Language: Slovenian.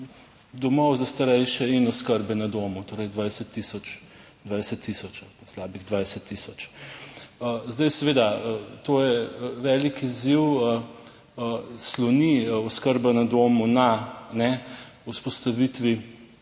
domov za starejše in oskrbe na domu torej 20 tisoč 000, slabih 20 tisoč. Zdaj seveda, to je velik izziv. Sloni oskrba na domu na vzpostavitvi,